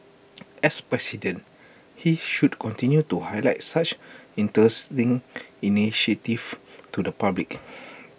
as president he should continue to highlight such interesting initiatives to the public